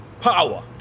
power